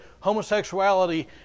homosexuality